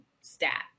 Stat